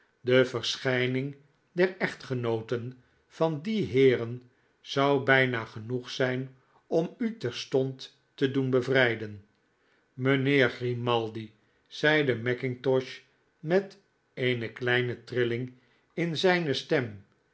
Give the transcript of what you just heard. de verschijning der echtgenooten van die heeren zou bijna genoeg zijn om u terstond te doen bevrijden mijnheer grimaldi zeide mackintosh met eene kleine trilling in zijne stem